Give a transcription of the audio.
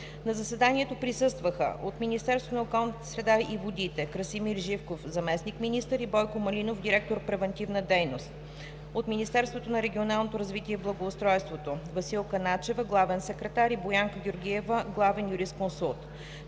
На заседанието присъстваха: от Министерството на околната среда и водите: Красимир Живков – заместник-министър, и Бойко Малинов – директор „Превантивна дейност”; и от Министерството на регионалното развитие и благоустройството: Василка Начева – главен секретар, и Боянка Георгиева – главен юрисконсулт.